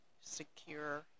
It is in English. Secure